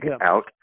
out